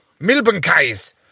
Milbenkais